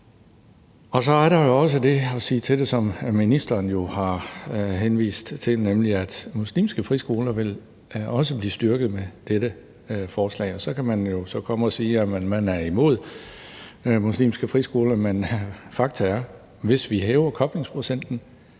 og så er der jo også det at sige til det, som ministeren også har henvist til, at muslimske friskoler også vil blive styrket med dette forslag. Så kan man jo komme og sige, at man er imod muslimske friskoler, men fakta er, at de, hvis vi hæver koblingsprocenten,